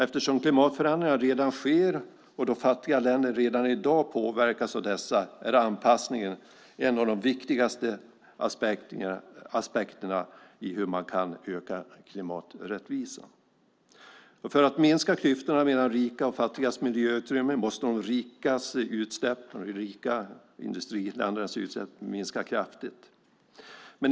Eftersom klimatförändringar redan sker och fattiga länder redan i dag påverkas av dessa är anpassningen en av de viktigaste aspekterna på hur man kan öka klimaträttvisan. För att minska klyftorna mellan rikas och fattigas miljöutrymme måste de rika industriländernas utsläpp minska kraftigt.